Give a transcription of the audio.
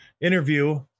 interview